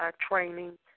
training